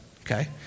okay